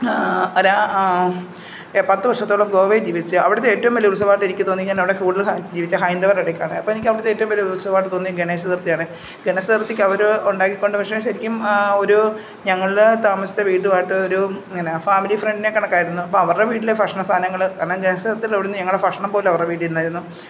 അരാ പത്തു വർഷത്തോളം ഗോവയിൽ ജീവിച്ച് അവിടുത്തെ ഏറ്റവും വലിയ ഉത്സവമായിട്ട് എനിക്ക് തോന്നിയ ഞാനവിടെ കൂടുതൽ ജീവിച്ചെ ഹൈന്ദവരുടെ ഇടയ്ക്കാണ് അപ്പോൾ എനിക്ക് അവിടുത്തെ ഏറ്റവും വലിയ ഉത്സവമായിട്ടു തോന്നിയത് ഗണേശ ചതുർത്ഥിയാണ് ഗണേശചതുർത്ഥിക്ക് അവർ ഉണ്ടാക്കി കൊണ്ടു വന്ന ഭക്ഷണം ശരിക്കും ഒരു ഞങ്ങൾ താമസിച്ച വീടുമായിട്ട് ഒരു ങ്ങന ഫാമിലി ഫ്രണ്ടിനെ കണക്കായിരുന്നു അപ്പോളവരുടെ വീട്ടിലെ ഭക്ഷണ സാധനങ്ങൾ കാരണം ഗണേശ ചതുർത്ഥിയുടെ അവിടുന്ന് ഞങ്ങളുടെ ഭക്ഷണം പോലും അവരുടെ വീട്ടിൽ നിന്നായിരുന്നു